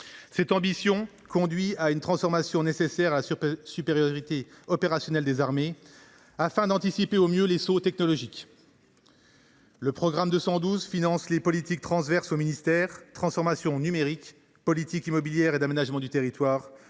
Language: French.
Cette ambition conduit à une transformation nécessaire à la supériorité opérationnelle des armées, afin d’anticiper au mieux les sauts technologiques. Le programme 212 finance, enfin, les politiques transverses du ministère : transformation numérique, politique immobilière et d’aménagement du territoire,